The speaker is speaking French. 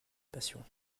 passion